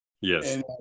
Yes